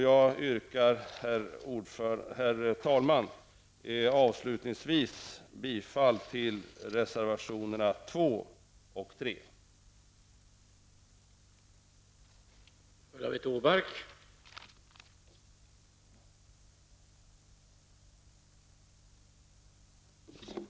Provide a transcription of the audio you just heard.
Jag yrkar bifall till reservationerna 2 och 3.